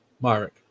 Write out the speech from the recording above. Myrick